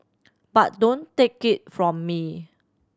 but don't take it from me